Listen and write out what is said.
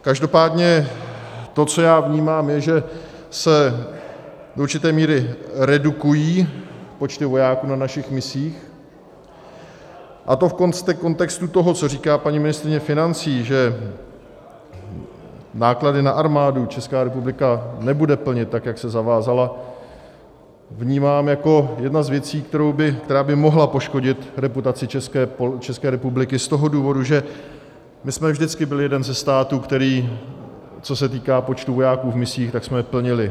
Každopádně to, co já vnímám, je, že se do určité míry redukují počty vojáků na našich misích, a to v kontextu toho, co říká paní ministryně financí, že náklady na armádu Česká republika nebude plnit tak, jak se zavázala, vnímám jako jednu z věcí, která by mohla poškodit reputaci České republiky z toho důvodu, že my jsme vždycky byli jeden ze států, který co se týká počtu vojáků v misích, tak jsme plnili.